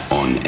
on